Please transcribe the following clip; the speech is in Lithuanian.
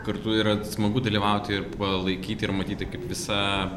kartu yra smagu dalyvauti ir palaikyti ir matyti kaip visa